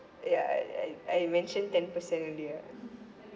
yeah I I I mentioned ten percent only ah